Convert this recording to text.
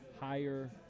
higher